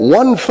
one